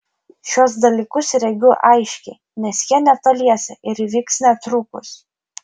šiuos dalykus regiu aiškiai nes jie netoliese ir įvyks netrukus